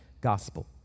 Gospel